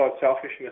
selfishness